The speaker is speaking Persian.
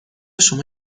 شما